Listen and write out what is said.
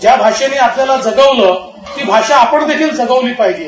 ज्या भाषेनं आपल्याला जगवलं ती भाषा आपण देखील जगवली पाहिजे